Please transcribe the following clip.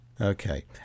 Okay